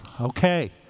Okay